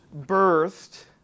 birthed